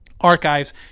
archives